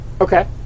Okay